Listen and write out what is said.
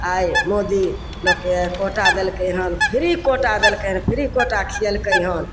आइ मोदी लोकके कोटा देलकय हन फ्री कोटा देलकै हन फ्री कोटा खियेलकै हन